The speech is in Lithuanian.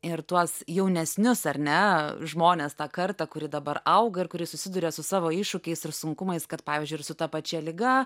ir tuos jaunesnius ar ne žmones tą kartą kuri dabar auga ir kuri susiduria su savo iššūkiais ir sunkumais kad pavyzdžiui ir su ta pačia liga